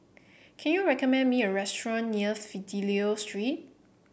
can you recommend me a restaurant near Fidelio Street